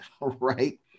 right